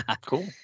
Cool